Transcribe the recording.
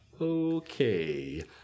okay